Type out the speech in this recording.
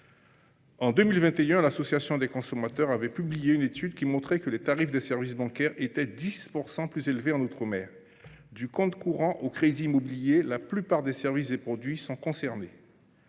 En 2021, une association nationale de consommateurs et usagers avait publié une enquête qui montrait que les tarifs des services bancaires étaient 10 % plus élevés en outre mer. Du compte courant au crédit immobilier, la plupart des services et produits sont concernés.